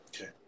Okay